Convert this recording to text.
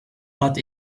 but